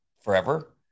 forever